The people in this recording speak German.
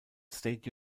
state